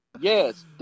Yes